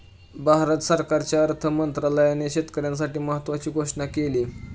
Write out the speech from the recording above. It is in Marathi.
भारत सरकारच्या अर्थ मंत्रालयाने शेतकऱ्यांसाठी महत्त्वाची घोषणा केली